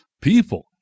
people